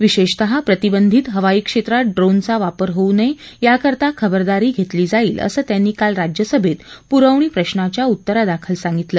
विशेषतः प्रतिबंधित हवाईक्षेत्रात ड्रोनचा वापर होऊ नये याकरता खबरदारी घेतली जाईल असं त्यांनी काल राज्यसभेत पुरवणीप्रश्राच्या उत्तरादाखल सांगितलं